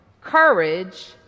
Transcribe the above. Courage